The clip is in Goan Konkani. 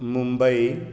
मुबंई